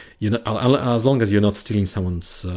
you know ah and as long as you're not stealing someone's,